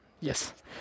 Yes